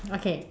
okay